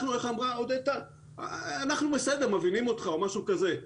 כפי שנאמר אנחנו בסדר, מבינים אותך או משהו כזה.